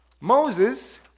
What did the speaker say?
Moses